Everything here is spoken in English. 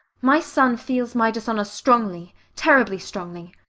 my son feels my dishonour strongly, terribly strongly.